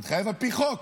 המתחייב על פי חוק,